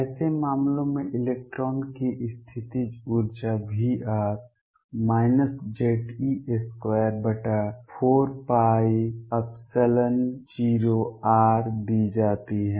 ऐसे मामलों में इलेक्ट्रॉन की स्थितिज ऊर्जा V Ze24π0r दी जाती है